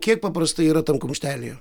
kiek paprastai yra tam kumštelyje